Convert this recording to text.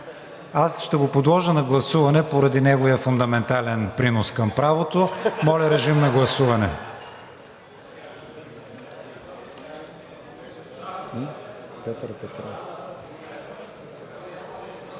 Аз ще го подложа на гласуване поради неговия фундаментален принос към правото. Гласували